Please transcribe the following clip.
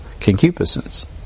concupiscence